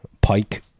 Pike